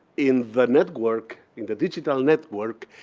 in the network, in the digital network,